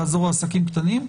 לעזור לעסקים קטנים,